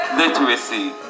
literacy